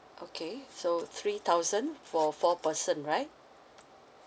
okay so three thousand for four person right